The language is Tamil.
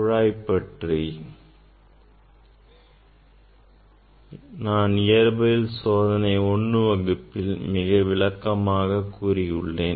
குழாய் பற்றி நான் இயற்பியல் சோதனைகள் 1 வகுப்பில் மிக விளக்கமாக கூறியுள்ளேன்